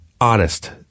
honest